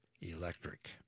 Electric